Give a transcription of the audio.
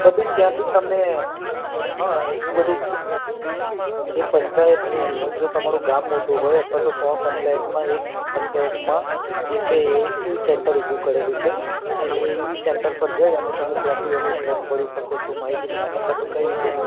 બધી જ ત્યાંથી તમને હ એ બધું એ પંચાયતની અંદર જો તમારું ગામ મોટું હોય અથવા તો તમારું પંચાયતમાં એક પંચાયતમાં જે છે એ ઇસેન્ટર ઊભું કરેલું છે અને એ ઇસેન્ટર પર જઈ અને તમે ત્યાંથી એનું ફોર્મ ભરી શકો છો માહિતી તો કઈ રીતે